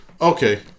okay